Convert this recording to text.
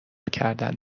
کردن